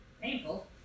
painful